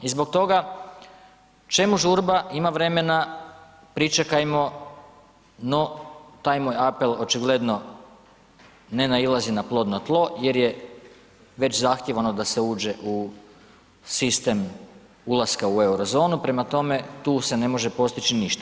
I zbog toga čemu žurba, ima vremena, pričekajmo, no taj moj apel očigledno ne nailazi na plodno tlo jer je već zahtjev ono da se uđe u sistem ulaska u euro zonu, prema tome tu se ne može postići ništa.